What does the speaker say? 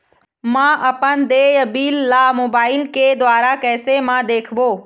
म अपन देय बिल ला मोबाइल के द्वारा कैसे म देखबो?